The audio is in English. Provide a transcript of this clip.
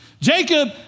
Jacob